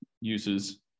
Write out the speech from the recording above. uses